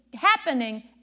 happening